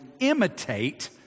imitate